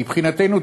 מבחינתנו,